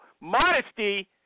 modesty